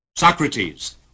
Socrates